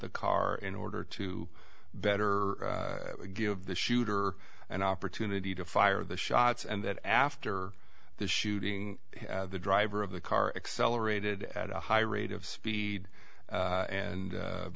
the car in order to better give the shooter an opportunity to fire the shots and that after the shooting the driver of the car accelerated at a high rate of speed